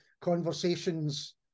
conversations